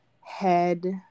head